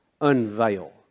unveil